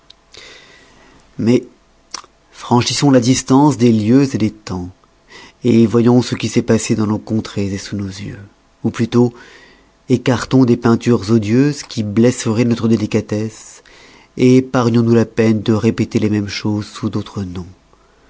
mais franchissons la distance des lieux des temps voyons ce qui s'est passé dans nos contrées sous nos yeux ou plutôt écartons des peintures odieuses qui blesseroient notre délicatesse épargnons nous la peine de répéter les mêmes chose sous d'autres noms